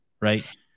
right